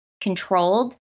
controlled